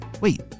Wait